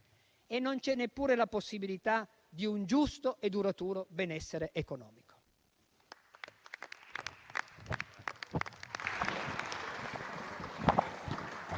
e non c'è neppure la possibilità di un giusto e duraturo benessere economico.